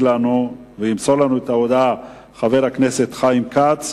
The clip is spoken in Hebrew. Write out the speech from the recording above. ימסור לנו את ההודעה חבר הכנסת חיים כץ: